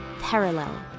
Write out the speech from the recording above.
Parallel